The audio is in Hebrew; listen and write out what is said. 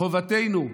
חובתנו,